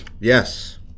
Yes